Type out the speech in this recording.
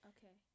Okay